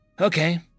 Okay